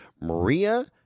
Maria